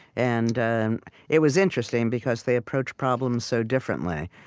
and it was interesting, because they approach problems so differently,